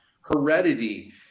heredity